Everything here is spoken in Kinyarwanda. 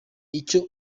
icyo